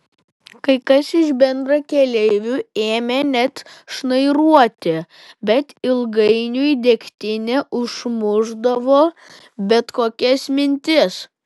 kai kas iš bendrakeleivių ėmė net šnairuoti bet ilgainiui degtinė užmušdavo bet kokias mintis